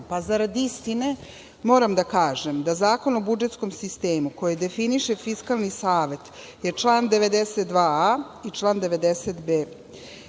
Zarad istine, moram da kažem da Zakon o budžetskom sistemu, koji definiše Fiskalni savet, je član 92a i član 90b.